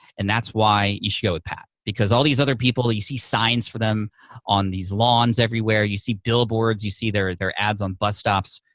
and that's why you should go with pat, because all these other people, you see signs for them on these lawns everywhere, you see billboards, you see their their ads on bus stops,